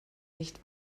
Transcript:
nicht